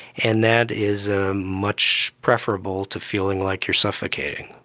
and that is much preferable to feeling like you are suffocating.